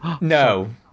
No